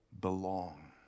belong